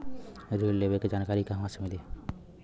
ऋण लेवे के जानकारी कहवा से मिली?